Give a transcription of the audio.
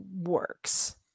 works